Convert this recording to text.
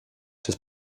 das